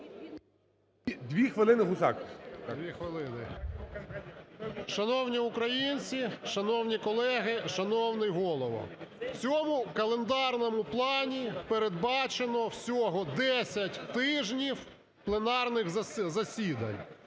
ГУСАК В.Г. Шановні українці, шановні колеги, шановний Голово, в цьому календарному плані передбачено всього 10 тижнів пленарних засідань,